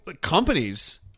companies